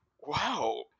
Wow